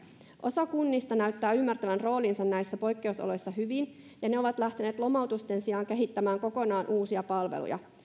osa kunnista näyttää ymmärtävän roolinsa näissä poikkeusoloissa hyvin ja ne ovat lähteneet lomautusten sijaan kehittämään kokonaan uusia palveluja